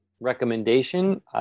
recommendation